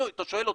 אתה שואל אותי?